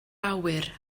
awyr